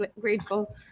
grateful